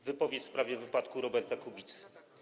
Wypowiedź w sprawie wypadku Roberta Kubicy.